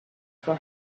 for